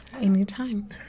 Anytime